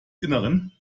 innern